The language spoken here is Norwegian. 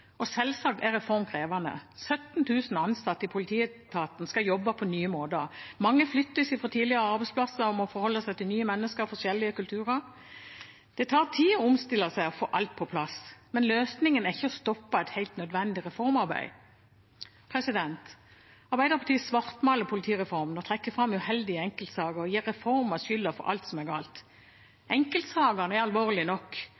Selvsagt er reformen krevende – 17 000 ansatte i politietaten skal jobbe på nye måter. Mange flyttes fra sin tidligere arbeidsplass og må forholde seg til nye mennesker og forskjellige kulturer. Det tar tid å omstille seg og få alt på plass, men løsningen er ikke å stoppe et helt nødvendig reformarbeid. Arbeiderpartiet svartmaler politireformen, trekker fram uheldige enkeltsaker og gir reformen skylden for alt som er galt. Enkeltsakene er alvorlige nok,